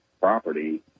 property